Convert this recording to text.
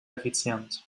effizient